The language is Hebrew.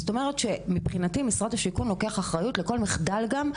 זאת אומרת שמבחינתי משרד השיכון לוקח אחריות לכל מחדל גם,